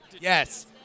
Yes